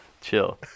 Chill